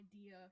idea